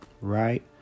right